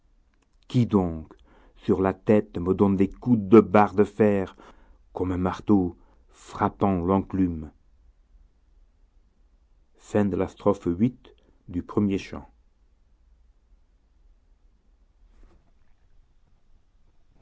qui donc sur la tête me donne des coups de barre de fer comme un marteau frappant l'enclume